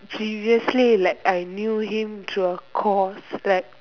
previously like I knew him through a course like